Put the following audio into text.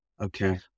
Okay